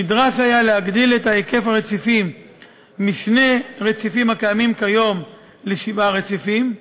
נדרש להגדיל את מספר הרציפים משני רציפים הקיימים כיום לשבעה רציפים,